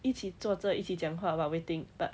一起坐着一起讲话 while waiting but